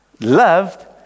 loved